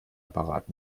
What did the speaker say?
apparat